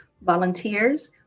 volunteers